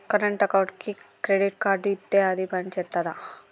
Current అకౌంట్కి credit card ఇత్తే అది పని చేత్తదా?